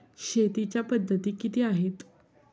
शेतीच्या पद्धती किती आहेत?